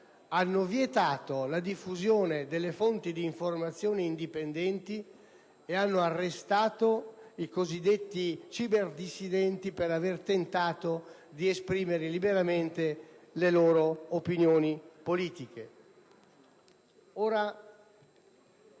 hanno vietato la diffusione delle fonti di informazione indipendenti ed hanno arrestato i cosiddetti cyberdissidenti per aver tentato di esprimere liberamente le loro opinioni politiche. Ora